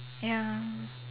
ya